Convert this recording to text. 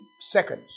seconds